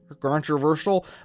controversial